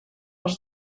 els